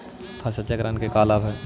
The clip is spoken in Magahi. फसल चक्रण के का लाभ हई?